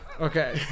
Okay